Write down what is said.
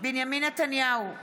בנימין נתניהו,